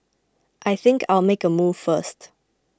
I think I'll make a move first